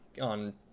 on